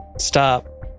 stop